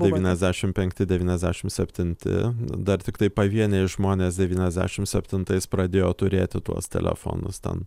devyniasdešim penkti devyniasdešim septinti dar tiktai pavieniai žmonės devyniasdešim septintais pradėjo turėti tuos telefonus ten